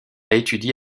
étudié